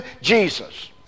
Jesus